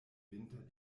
winter